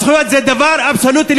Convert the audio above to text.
הזכויות זה דבר אבסולוטי.